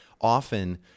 often